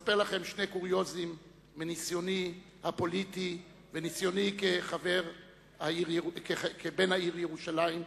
לספר לכם שני קוריוזים מניסיוני הפוליטי ומניסיוני כבן העיר ירושלים,